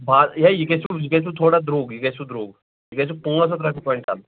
بَس یِہےَ یہِ گژھِ یہِ گژھوٕ تھوڑا درٛۅگ یہِ گژھوٕ درٛۅگ یہِ گژھوٕ پانٛژھ ہتھ رۄپیہِ کۄینٛٹل